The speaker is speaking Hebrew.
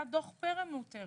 היה דוח פרלמוטר